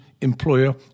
employer